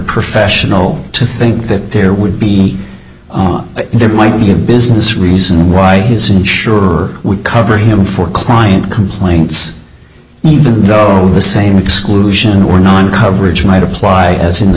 professional to think that there would be there might be a business reason why his insurer would cover him for client complaints even though the same exclusion or non coverage might apply as in the